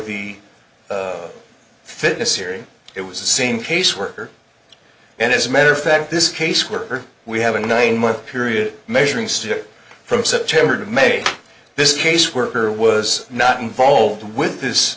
the fitness hearing it was the same case worker and as matter fact this case worker we have a nine month period measuring stick from september to may this caseworker was not involved with this